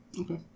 Okay